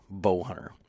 BOWHUNTER